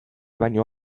baino